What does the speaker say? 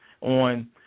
on